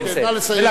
נא לסיים.